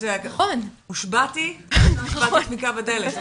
הושבעתי ואז דפיקות בדלת.